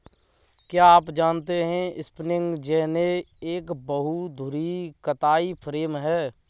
क्या आप जानते है स्पिंनिंग जेनि एक बहु धुरी कताई फ्रेम है?